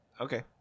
Okay